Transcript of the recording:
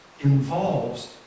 involves